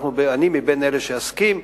אני אסכים,